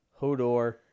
Hodor